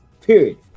period